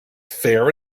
fair